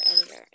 editor